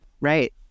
Right